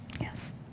Yes